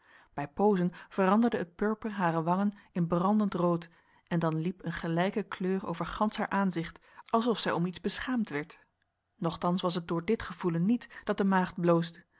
bij pozen veranderde het purper harer wangen in brandend rood en dan liep een gelijke kleur over gans haar aanzicht alsof zij om iets beschaamd werd nochtans was het door dit gevoelen niet dat de maagd